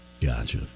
Gotcha